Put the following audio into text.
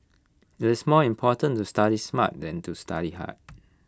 IT is more important to study smart than to study hard